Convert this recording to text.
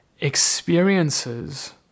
experiences